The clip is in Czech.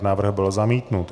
Návrh byl zamítnut.